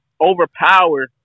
overpower